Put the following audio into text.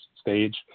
stage